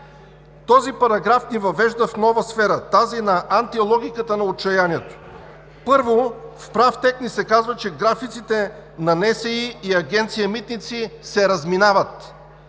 Този параграф ни въвежда в нова сфера – тази на антилогиката на отчаянието. Първо, в прав текст ни се казва, че графиците на НСИ и Агенция „Митници“ се разминават.